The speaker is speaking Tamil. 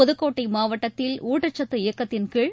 புதுக்கோட்டை மாவட்டத்தில் ஊட்டச்சத்து இயக்கத்தின்கீழ்